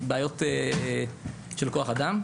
בעיות של כוח אדם,